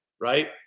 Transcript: right